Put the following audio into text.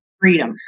freedom